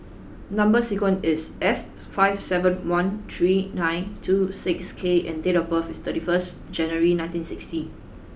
number sequence is S five seven one three nine two six K and date of birth is thirty first January nineteen sixty